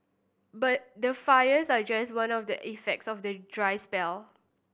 but the fires are just one of the effects of the dry spell